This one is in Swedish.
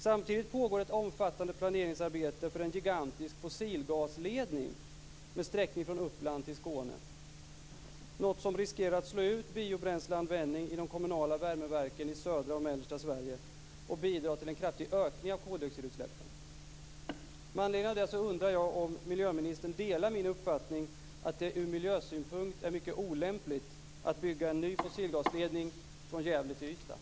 Samtidigt pågår ett omfattande planeringsarbete för en gigantisk fossilgasledning med sträckning från Uppland till Skåne, något som riskerar att slå ut biobränsleanvändning i de kommunala värmeverken i södra och mellersta Sverige och bidra till en kraftig ökning av koldioxidutsläppen. Med anledning av det undrar jag om miljöministern delar min uppfattning att det ur miljösynpunkt är mycket olämpligt att bygga en ny fossilgasledning från Gävle till Ystad.